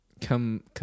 come